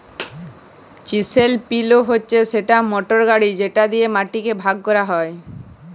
chisel plough হছে সেই motor গাড়ি যেট দিঁয়ে মাটিকে ভাগ ক্যরা হ্যয়